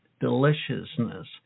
deliciousness